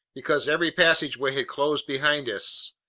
because every passageway had closed behind us,